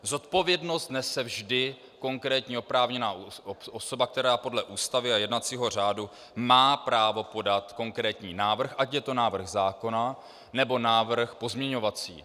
Zodpovědnost nese vždy konkrétní oprávněná osoba, která podle Ústavy a jednacího řádu má právo podat konkrétní návrh, ať je to návrh zákona, nebo návrh pozměňovací.